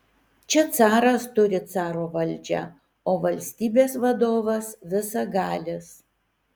čia caras turi caro valdžią o valstybės vadovas visagalis